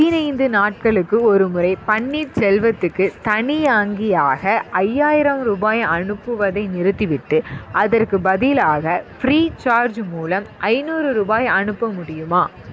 பதினைந்து நாட்களுக்கு ஒருமுறை பன்னீர்செல்வத்துக்கு தனியாங்கியாக ஐயாயிரம் ரூபாய் அனுப்புவதை நிறுத்திவிட்டு அதற்குப் பதிலாக ஃப்ரீசார்ஜ் மூலம் ஐநூறு ரூபாய் அனுப்ப முடியுமா